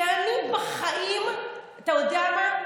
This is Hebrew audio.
כי אני בחיים, אתה יודע מה?